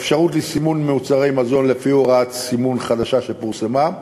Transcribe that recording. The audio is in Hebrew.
אפשרות סימון מוצרי מזון לפי הוראת סימון חדשה שפורסמה,